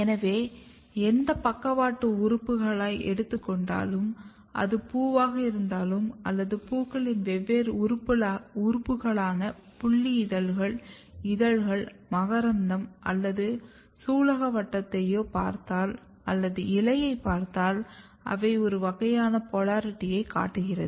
எனவே எந்த பக்கவாட்டு உறுப்புகளை எடுத்துக்கொண்டாலும் அது பூவாக இருந்தாலும் அல்லது பூக்களின் வெவ்வேறு உறுப்புகளான புல்லி இதழ்கள் இதழ்கள் மகரந்தம் அல்லது சூலகவட்டத்தயோப் பார்த்தால் அல்லது இலையைப் பார்த்தால் அவை ஒரு வகையான போலாரிட்டியைக் காட்டுகின்றன